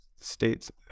states